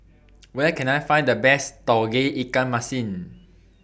Where Can I Find The Best Tauge Ikan Masin